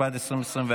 התשפ"ד 2024,